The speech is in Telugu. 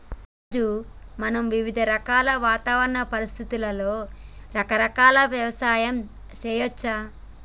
రాజు మనం వివిధ రకాల వాతావరణ పరిస్థితులలో రకరకాల యవసాయం సేయచ్చు